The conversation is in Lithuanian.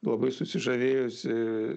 labai susižavėjusi